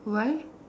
why